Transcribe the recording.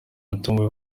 watomboye